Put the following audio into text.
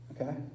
Okay